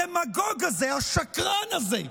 הדמגוג הזה, השקרן הזה,